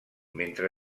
mentre